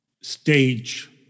stage